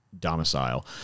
domicile